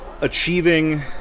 achieving